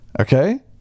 okay